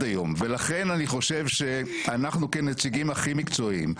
היום ולכן אני חושב שאנחנו כנציגים הכי מקצועיים,